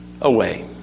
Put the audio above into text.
away